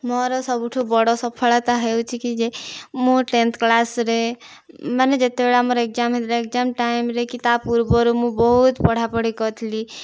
ମୋର ସବୁଠୁ ବଡ଼ ସଫଳତା ହେଉଛି କି ଯେ ମୁଁ ଟେନ୍ଥ କ୍ଲାସ୍ରେ ମାନେ ଯେତେବେଳେ ଆମର ଏକଜାମ୍ ହେଉଥିଲା କି ଏକଜାମ୍ ଟାଇମ୍ରେ କି ତା'ପୂର୍ବରୁ ମୁଁ ବହୁତ ପଢ଼ା ପଢ଼ି କରିଥିଲି